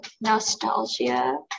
nostalgia